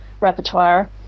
repertoire